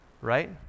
right